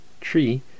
tree